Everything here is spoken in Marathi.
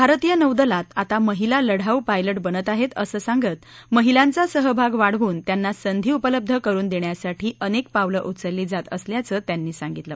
भारतीय नौदलात आता महिला लढाऊ पायलट बनत आहेत असं सांगत महिलांचा सहभाग वाढवून त्यांना संधी उपलब्ध करुन देण्यासाठी अनेक पावलं उचलली जात असल्याचं त्यांनी सांगितलं